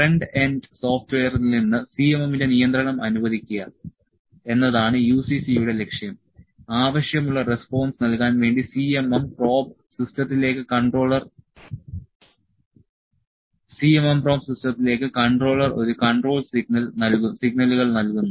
front end സോഫ്റ്റ്വെയറിൽ നിന്ന് CMM ന്റെ നിയന്ത്രണം അനുവദിക്കുക എന്നതാണ് UCC യുടെ ലക്ഷ്യം ആവശ്യമുള്ള റെസ്പോൺസ് നൽകാൻ വേണ്ടി CMM പ്രോബ് സിസ്റ്റത്തിലേക്ക് കൺട്രോളർ ഒരു കൺട്രോൾ സിഗ്നലുകൾ നൽകുന്നു